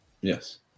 Yes